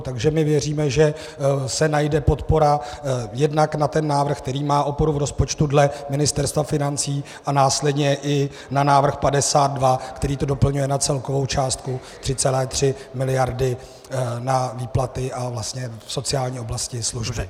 Takže my věříme, že se najde podpora jednak na ten návrh, který má oporu v rozpočtu dle Ministerstva financí, a následně i na návrh 52, který to doplňuje na celkovou částku 3,3 miliardy na výplaty v sociální oblasti a služby.